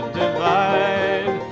divide